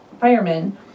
firemen